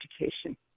education